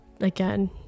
again